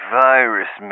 virus